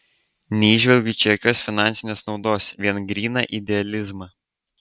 neįžvelgiu čia jokios finansinės naudos vien gryną idealizmą